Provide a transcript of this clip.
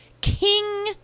king